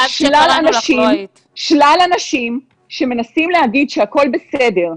ויש שלל אנשים שמנסים להגיד שהכול בסדר,